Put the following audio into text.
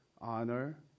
honor